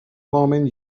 moment